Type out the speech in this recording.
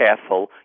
careful